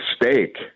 mistake